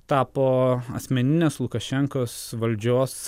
tapo asmeninės lukašenkos valdžios